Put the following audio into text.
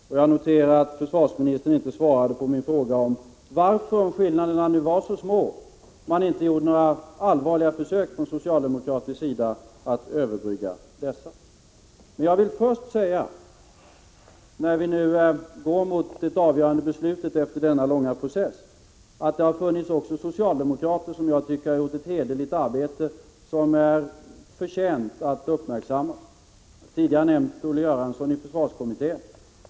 Jag noterar 69 att försvarsministern inte svarade på min fråga varför man, om skillnaderna nu var så små, inte gjorde några allvarliga försök från socialdemokratisk sida att överbrygga dessa. Men jag vill även säga, när vi nu går mot det avgörande beslutet efter denna långa process, att det också har funnits socialdemokrater som jag tycker har gjort ett hederligt arbete, som är förtjänt av att uppmärksammas. Jag har tidigare nämnt Olle Göransson i försvarskommittén.